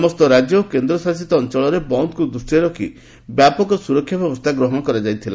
ସମସ୍ତ ରାଜ୍ୟ ଓ କେନ୍ଦ୍ର ଶାସିତ ଅଞ୍ଚଳରେ ବନ୍ଦକୁ ଦୂଷ୍ଟିରେ ରଖି ବ୍ୟାପକ ସୁରକ୍ଷା ବ୍ୟବସ୍ଥା ଗ୍ରହଣ କରାଯାଇଥିଲା